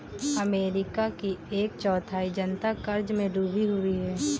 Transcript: America की एक चौथाई जनता क़र्ज़ में डूबी हुई है